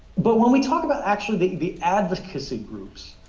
but when we talk about actually the the advocacy groups,